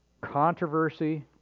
controversy